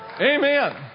Amen